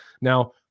Now